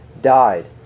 died